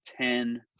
ten